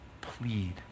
plead